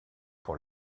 pour